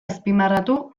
azpimarratu